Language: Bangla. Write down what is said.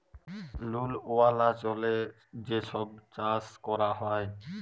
লুল ওয়ালা জলে যে ছব চাষ ক্যরা হ্যয়